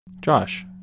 Josh